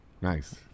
Nice